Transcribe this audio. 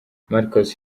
marcus